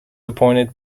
appointed